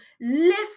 lift